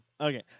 Okay